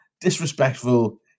disrespectful